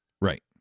Right